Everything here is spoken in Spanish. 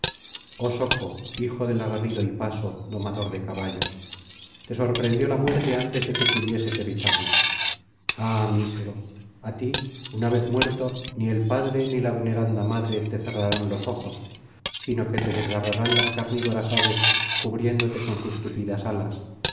oh soco hijo del aguerrido hipaso domador de caballos te sorprendió la muerte antes de que pudieses evitarla ah mísero a ti una vez muerto ni el padre ni la veneranda madre te cerrarán los ojos sino que te desgarrarán las carnívoras aves cubriéndote con sus tupidas alas